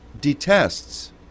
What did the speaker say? detests